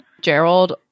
Gerald